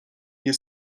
nie